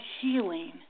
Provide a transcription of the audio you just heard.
healing